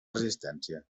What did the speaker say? resistència